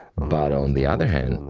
but on the other hand,